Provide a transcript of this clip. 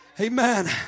Amen